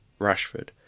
Rashford